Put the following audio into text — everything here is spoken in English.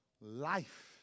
life